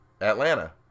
Atlanta